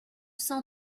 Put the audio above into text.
cent